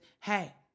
hey